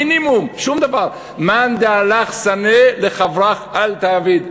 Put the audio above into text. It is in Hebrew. מינימום, שום דבר, מאן דסני עלך לחברך אל תעביד.